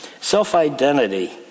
self-identity